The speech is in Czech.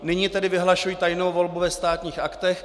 Nyní tedy vyhlašuji tajnou volbu ve Státních aktech.